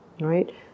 right